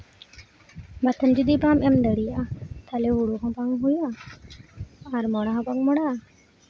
ᱵᱟᱛᱟᱱ ᱡᱩᱫᱤ ᱵᱟᱢ ᱮᱢ ᱫᱟᱲᱮᱭᱟᱜᱼᱟ ᱛᱟᱦᱚᱞᱮ ᱦᱩᱲᱩ ᱦᱚᱸ ᱵᱟᱝ ᱦᱩᱭᱩᱜᱼᱟ ᱟᱨ ᱢᱚᱲᱟ ᱦᱚᱸ ᱵᱟᱝ ᱢᱚᱲᱟᱜᱼᱟ